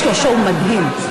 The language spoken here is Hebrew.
יש לו "שואו" מדהים,